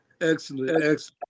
Excellent